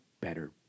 better